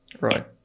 Right